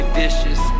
vicious